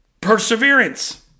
perseverance